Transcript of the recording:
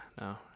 no